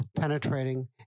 penetrating